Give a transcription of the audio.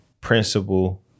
principle